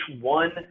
one